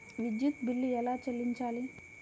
విద్యుత్ బిల్ ఎలా చెల్లించాలి?